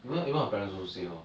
even even her parents also say lor